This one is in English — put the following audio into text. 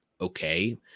okay